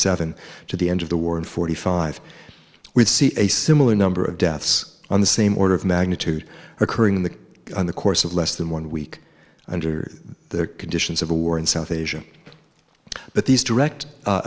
seven to the end of the war and forty five we'd see a similar number of deaths on the same order of magnitude occurring in the in the course of less than one week under the conditions of a war in south asia but these direct